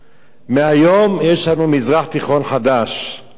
מהיום יש לנו מזרח תיכון חדש אסלאמיסטי.